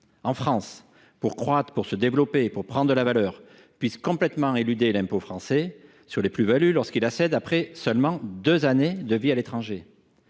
en France pour croître, pour se développer, pour prendre de la valeur, puisse complètement éluder l’impôt français sur les plus values lorsqu’il la cède après seulement deux années de vie à l’étranger.